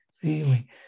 feeling